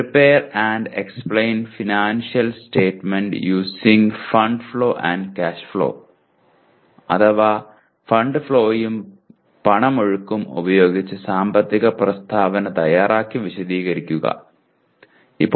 "Prepare and explain financial statement using fund flow and cash flow" അഥവാ "fund ഫ്ലോയും പണമൊഴുക്കും ഉപയോഗിച്ച് സാമ്പത്തിക പ്രസ്താവന തയ്യാറാക്കി വിശദീകരിക്കുക"